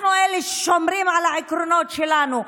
אנחנו אלה ששומרים על העקרונות שלנו.